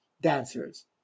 dancers